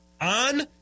on